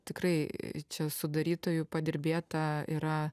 tikrai čia sudarytojų padirbėta yra